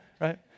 right